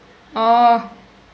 oh